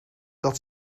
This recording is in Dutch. dat